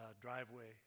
driveway